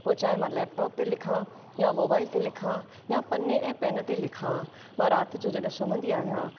पोइ चाहे मां लैपटोप ते लिखां या मोबाइल ते लिखां या पन्ने ऐं पेन ते लिखां मां राति जो जॾहिं सुम्हंदी आहियां